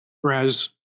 Whereas